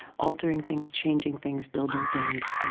altering things, changing things, building things,